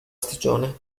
stagione